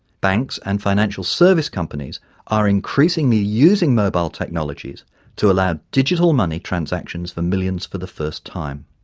banks and financial service companies are increasingly using mobile technologies to allow digital money transactions for millions for the first time.